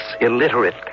illiterate